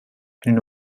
eine